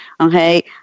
Okay